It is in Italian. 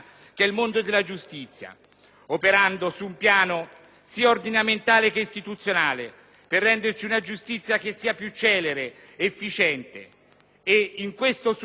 operando su un piano sia ordinamentale che istituzionale per renderci una giustizia che sia più celere ed efficiente. E in questo suo percorso